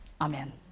Amen